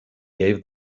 gave